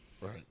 Right